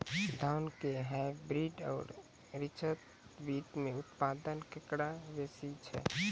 धान के हाईब्रीड और रिसर्च बीज मे उत्पादन केकरो बेसी छै?